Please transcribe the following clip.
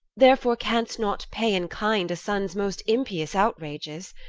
therefore canst not pay in kind a son's most impious outrages.